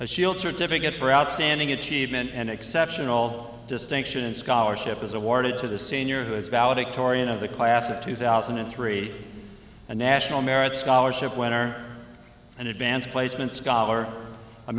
a shield certificate for outstanding achievement and exceptional distinction and scholarship is awarded to the senior who is valedictorian of the class of two thousand and three a national merit scholarship winner an advanced placement scholar a